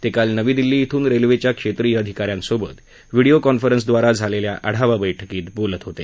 ते काल नवी दिल्ली इथून रेल्वेच्या क्षेत्रिय अधिकाऱ्यांसोबत व्हिडिओ कॉन्फरन्सद्वारा झालेल्या आढावा बैठकीत बोलत होते